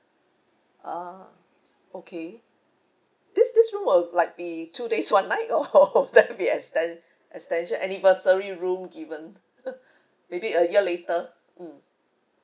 ah okay this this room will like be two days one night or could that be extent extension anniversary room given maybe a year later mm